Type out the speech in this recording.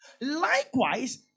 Likewise